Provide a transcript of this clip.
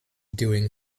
doing